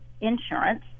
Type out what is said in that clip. insurance